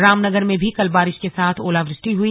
रामनगर में भी कल बारिश के साथ ओलावृष्टि हुई